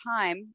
time